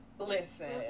Listen